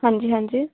ਹਾਂਜੀ ਹਾਂਜੀ